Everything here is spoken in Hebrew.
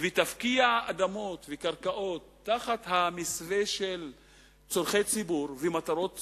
ותפקיע אדמות וקרקעות תחת המסווה של צורכי ציבור ומטרות ציבוריות,